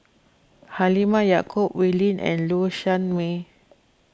Halimah Yacob Wee Lin and Low Sanmay